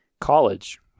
college